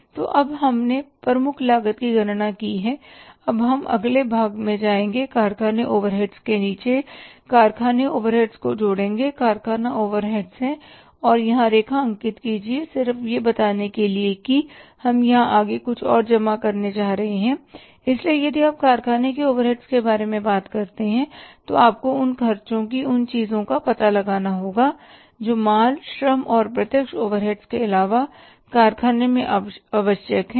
तो अब हमने प्रमुख लागत की गणना की है अब हम अगले भाग में जाएंगे कारखाने ओवरहेड्स के नीचे कारखाने ओवरहेड्स को जोड़ेंगे कारखाना ओवरहेड्स है और यहां रेखा अंकित कीजिए सिर्फ यह बताने के लिए कि हम यहां आगे कुछ और जमा करने जा रहे हैं इसलिए यदि आप कारखाने के ओवरहेड्स के बारे में बात करते हैं तो आपको उन खर्चों की उन चीज़ों का पता लगाना होगा जो माल श्रम और प्रत्यक्ष ओवरहेड्स के अलावा कारखाने में आवश्यक हैं